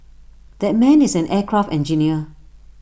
that man is an aircraft engineer